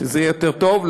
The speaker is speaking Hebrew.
שזה יהיה יותר טוב.